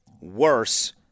worse